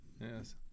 Yes